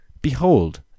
Behold